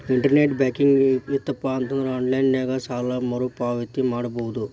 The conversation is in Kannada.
ಇಂಟರ್ನೆಟ್ ಬ್ಯಾಂಕಿಂಗ್ ಇತ್ತಪಂದ್ರಾ ಆನ್ಲೈನ್ ನ್ಯಾಗ ಸಾಲ ಮರುಪಾವತಿ ಮಾಡಬೋದು